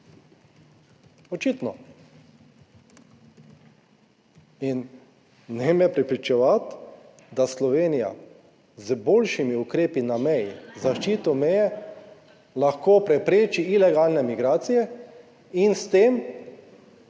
Očitno. In ne me prepričevati, da Slovenija z boljšimi ukrepi na meji, z zaščito meje lahko prepreči ilegalne migracije in s tem